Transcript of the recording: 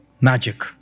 magic